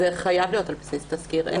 זה חייב להיות על בסיס תסקיר.